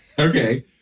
Okay